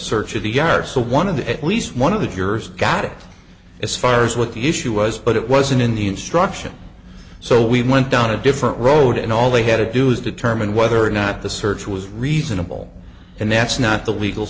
search of the yard so one of the at least one of the jurors got it as far as what the issue was but it wasn't in the instructions so we went down a different road and all they had to do is determine whether or not the search was reasonable and that's not the legal